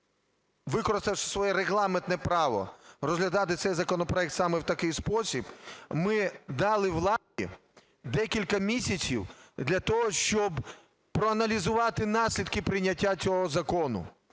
використавши своє регламентне право розглядати цей законопроект саме в такий спосіб, ми дали владі декілька місяців для того, щоб проаналізувати наслідки прийняття цього закону.